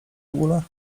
ogóle